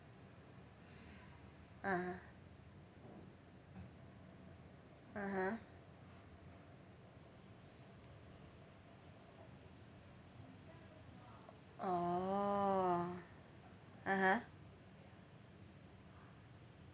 ah (uh huh) orh (uh huh)